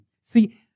See